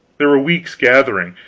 they were weeks gathering.